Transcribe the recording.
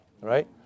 right